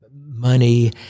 money